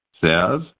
says